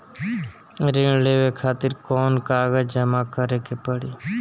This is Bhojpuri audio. ऋण लेवे खातिर कौन कागज जमा करे के पड़ी?